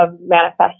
manifest